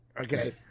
Okay